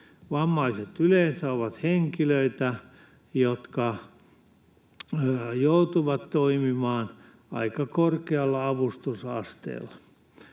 Vammaiset yleensä ovat henkilöitä, jotka joutuvat toimimaan aika korkealla avustusasteella.